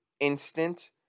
Instant